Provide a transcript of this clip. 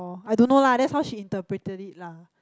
I don't know lah that's how she interpreted it lah